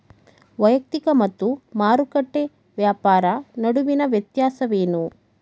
ವೈಯಕ್ತಿಕ ಮತ್ತು ಮಾರುಕಟ್ಟೆ ವ್ಯಾಪಾರ ನಡುವಿನ ವ್ಯತ್ಯಾಸವೇನು?